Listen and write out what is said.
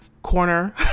corner